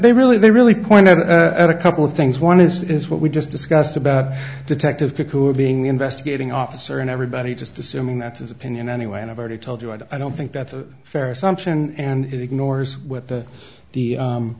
they really they really pointed out a couple of things one is what we just discussed about detective pick who are being the investigating officer and everybody just assuming that's his opinion anyway and i've already told you i don't think that's a fair assumption and it ignores what the the